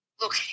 look